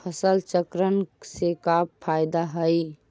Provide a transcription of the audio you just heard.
फसल चक्रण से का फ़ायदा हई?